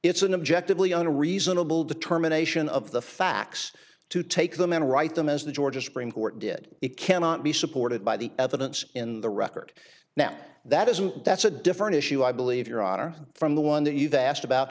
it's an objective leon a reasonable determination of the facts to take them and write them as the georgia supreme court did it cannot be supported by the evidence in the record now that isn't that's a different issue i believe your honor from the one that you've asked about